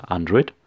Android